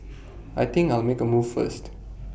I think I'll make A move first